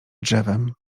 drzewem